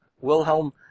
Wilhelm